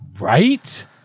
Right